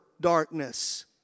darkness